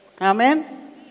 amen